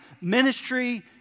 ministry